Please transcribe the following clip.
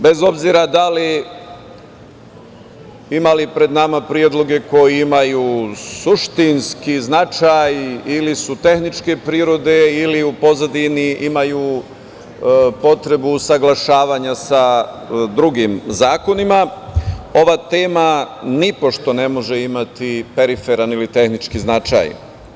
Bez obzira ima li pred nama predloge koji imaju suštinski značaj ili su tehničke prirode ili u pozadini imaju potrebu usaglašavanja sa drugim zakonima, ova tema nipošto ne može imati periferan ili tehnički značaj.